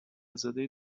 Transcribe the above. زاده